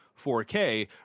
4k